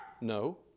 No